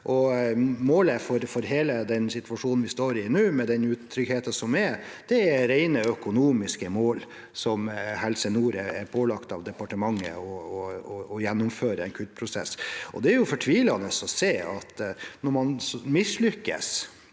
Målet for hele den situasjonen vi står i nå, med den utryggheten som er, er rene økonomiske mål, der Helse nord er pålagt av departementet å gjennomføre en kuttprosess. Det er fortvilende å se at når man mislykkes